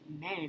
men